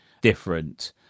different